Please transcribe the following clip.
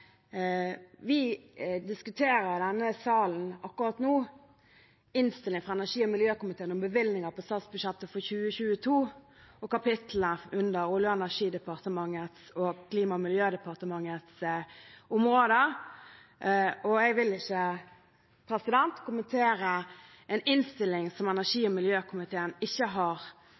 vi diskuterer i denne salen akkurat nå, er innstilling fra energi- og miljøkomiteen om bevilgninger på statsbudsjettet for 2022 og kapitler under Olje- og energidepartementet og Klima- og miljødepartementets områder, og jeg vil ikke kommentere en innstilling som energi- og miljøkomiteen ikke har